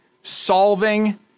solving